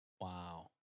Wow